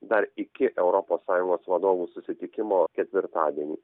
dar iki europos sąjungos vadovų susitikimo ketvirtadienį